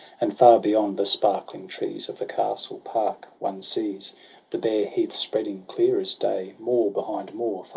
and far beyond the sparkling trees of the castle-park one sees the bare heaths spreading, clear as day, moor behind moor,